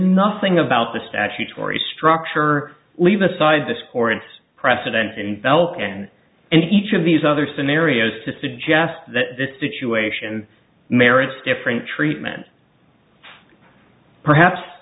nothing about the statutory structure leave aside discordance precedents in belk and in each of these other scenarios to suggest that this situation merits different treatment perhaps